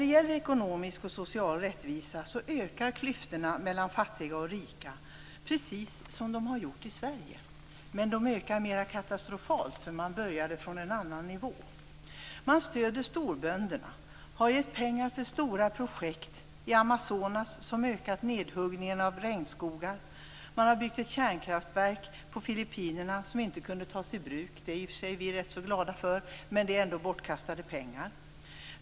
I fråga om ekonomisk och social rättvisa ökar klyftorna mellan fattiga och rika - precis som de har gjort i Sverige. Men de ökar på ett mer katastrofalt sätt eftersom de har utgått från en annan nivå. Världsbanken stöder storbönderna och har gett pengar för stora projekt i Amazonas, vilket har lett till en ökad nedhuggning av regnskogar. Man har låtit bygga ett kärnkraftverk på Filippinerna som inte har kunnat tas i bruk - det är vi i och för sig glada för. Men det är bortkastade pengar.